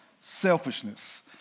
Selfishness